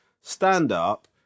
Stand-up